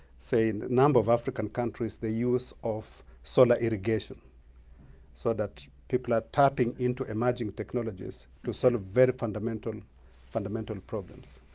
say, in a number of african countries, the use of solar irrigation so that people are tapping into emerging technologies to solve very fundamental fundamental problems.